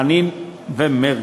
חנין ומרגי.